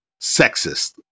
sexist